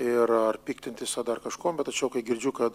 ir ar piktintis ar dar kažkuom bet tačiau kai girdžiu kad